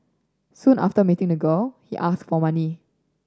soon after meeting the girl he asked for money